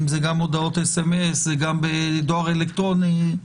זה גם הודעות במסרונים זה גם בדואר אלקטרוני,